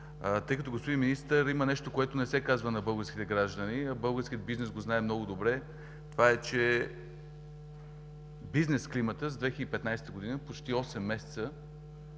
тъй като, господин Министър, има нещо, което не се казва на българските граждани, а българският бизнес го знае много добре. Това е, че бизнес климатът за 2015 г., почти осем месеца,